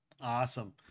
Awesome